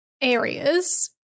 areas